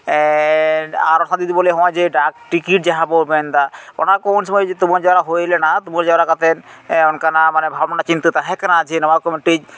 ᱟᱨᱦᱚᱸ ᱡᱩᱫᱤ ᱵᱚᱱ ᱞᱟᱹᱭᱟ ᱱᱚᱜᱼᱚᱭ ᱡᱮ ᱰᱟᱠ ᱴᱤᱠᱤᱴ ᱡᱟᱦᱟᱸ ᱵᱚᱱ ᱞᱟᱹᱭᱫᱟ ᱚᱱᱟ ᱠᱚ ᱩᱱ ᱥᱚᱢᱚᱭ ᱛᱩᱢᱟᱹᱞ ᱠᱟᱣᱨᱟ ᱦᱩᱭ ᱞᱮᱱᱟ ᱛᱩᱢᱟᱹᱞ ᱡᱟᱣᱨᱟ ᱠᱟᱛᱮᱫ ᱢᱟᱱᱮ ᱚᱱᱠᱱᱟᱜ ᱵᱷᱟᱵᱽᱱᱟ ᱪᱤᱱᱛᱟᱹ ᱛᱟᱦᱮᱸ ᱠᱟᱱᱟ ᱡᱮ ᱱᱚᱣᱟᱠᱚ ᱢᱤᱫᱴᱤᱡ